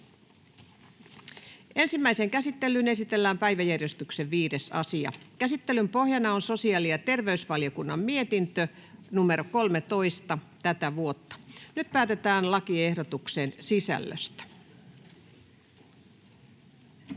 Ensimmäiseen käsittelyyn esitellään päiväjärjestyksen 5. asia. Käsittelyn pohjana on sosiaali- ja terveysvaliokunnan mietintö StVM 13/2023 vp. Nyt päätetään lakiehdotuksen sisällöstä.